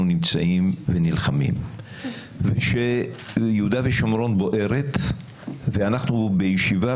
נמצאים ונלחמים ושיהודה ושומרון בוערת ואנחנו בישיבה